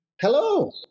Hello